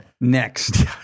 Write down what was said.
next